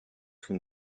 from